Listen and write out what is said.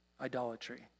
idolatry